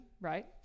right